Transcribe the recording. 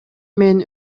мен